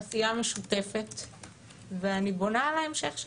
עשיה משותפת ואני בונה על ההמשך שלה.